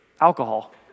alcohol